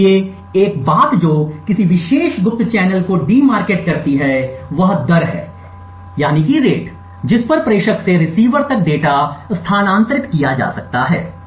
इसलिए एक बात जो किसी विशेष गुप्त चैनल को डी मार्केट करती है वह दर है जिस पर प्रेषक से रिसीवर तक डेटा स्थानांतरित किया जा सकता है